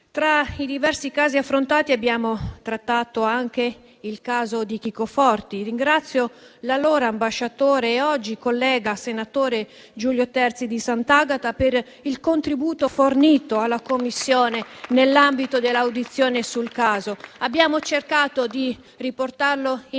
Tra i diversi casi affrontati abbiamo trattato anche il caso di Chico Forti. Ringrazio l'allora ambasciatore, oggi collega senatore, Giulio Terzi di Sant'Agata, per il contributo fornito alla Commissione nell'ambito dell'audizione sul caso. Abbiamo cercato di riportarlo in